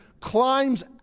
climbs